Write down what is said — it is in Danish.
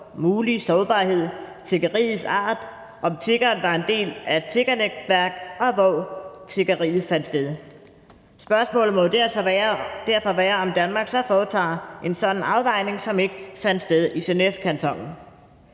mulige sårbarhed, tiggeriets art, om tiggeren var en del af et tiggernetværk, og hvor tiggeriet fandt sted. Spørgsmålet må derfor være, om Danmark så foretager en sådan afvejning, som ikke fandt sted i Genèvekantonen.